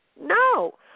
No